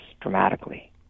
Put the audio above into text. dramatically